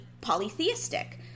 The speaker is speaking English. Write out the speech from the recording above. polytheistic